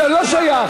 זה לא שייך.